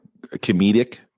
comedic